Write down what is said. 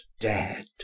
dead